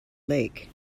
lake